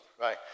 right